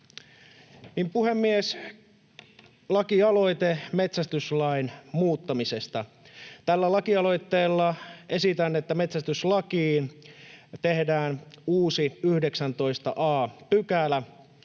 Puhemies! Lakialoite metsästyslain muuttamisesta: tällä lakialoitteella esitän, että metsästyslakiin tehdään uusi 19 a §.